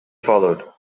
followed